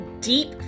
deep